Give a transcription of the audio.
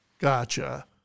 Gotcha